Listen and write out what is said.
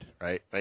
Right